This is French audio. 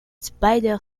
spider